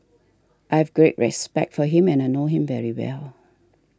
I have great respect for him and I know him very well